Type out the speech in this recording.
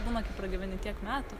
būna kai pragyveni tiek metų